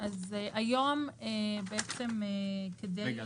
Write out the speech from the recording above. היום בעצם --- רגע,